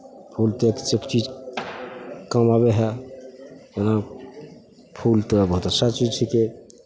फूलके सभ चीज काम आबै हइ हँ फूल तऽ बहुत अच्छा चीज छिकै